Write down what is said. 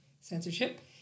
censorship